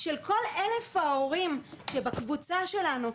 של כל 1,000 ההורים שבקבוצה שלנו,